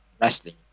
wrestling